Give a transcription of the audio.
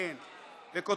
אין.